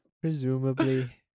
Presumably